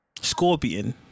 Scorpion